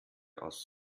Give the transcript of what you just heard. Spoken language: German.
aus